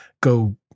go